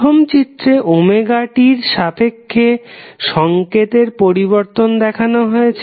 প্রথম চিত্রে ωt র সাপেক্ষে সংকেত এর পরিবর্তন দেখানো হয়েছে